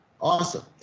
awesome